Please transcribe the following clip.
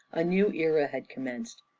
a new era had commenced,